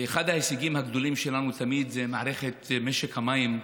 ואחד ההישגים הגדולים שלנו תמיד זה מערכת משק המים,